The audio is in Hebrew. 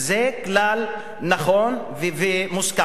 זה כלל נכון ומוסכם,